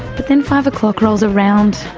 but then five o'clock rolls around,